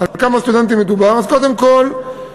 אז קודם כול,